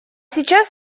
сейчас